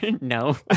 no